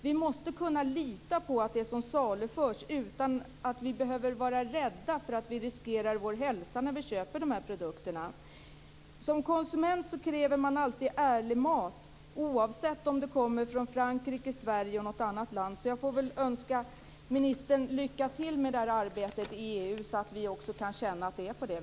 Vi måste kunna lita på det som saluförs och inte behöva vara rädda för att vi riskerar vår hälsa om vi köper dessa produkter. Som konsument kräver man alltid "ärlig" mat, oavsett om den kommer från Frankrike, Sverige eller något annat land. Så jag får önska ministern lycka till med det här arbetet i EU.